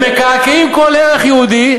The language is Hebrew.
הם מקעקעים כל ערך יהודי,